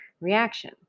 reaction